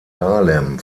dahlem